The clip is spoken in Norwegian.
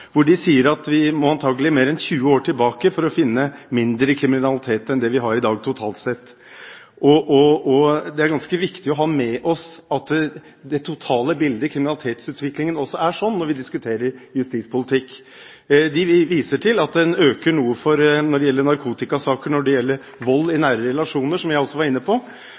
De sier at vi må antakelig mer enn 20 år tilbake for å finne mindre kriminalitet enn det vi har i dag, totalt sett. Det er ganske viktig å ha med seg at det totale bildet i kriminalitetsutviklingen også er slik, når vi diskuterer justispolitikk. Det vises til at kriminaliteten øker noe når det gjelder narkotikasaker og vold i nære relasjoner, som jeg også var inne på. Og det vises til noe som er viktig, som angår det representanten Kielland Asmyhr var inne på,